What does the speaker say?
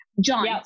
John